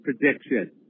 prediction